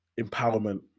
empowerment